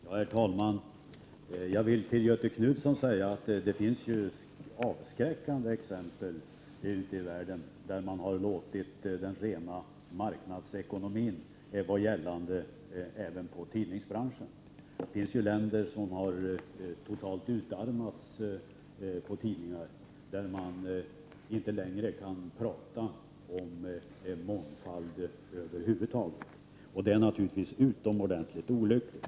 Herr talman! Det finns, Göthe Knutson, avskräckande exempel ute i världen. Man har således låtit rena marknadsekonomin vara gällande även i tidningsbranschen. Det finns länder som totalt har utarmats på tidningar. När det gäller dessa länder kan man över huvud taget inte längre tala om mångfald, och det är naturligtvis utomordentligt olyckligt.